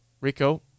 Rico